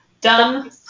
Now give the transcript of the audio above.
Done